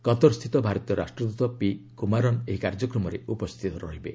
କତର ସ୍ଥିତ ଭାରତୀୟ ରାଷ୍ଟ୍ରଦତ ପି କୁମାରନ ଏହି କାର୍ଯ୍ୟକ୍ରମରେ ଉପସ୍ଥିତ ରହିବେ